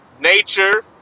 nature